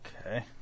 Okay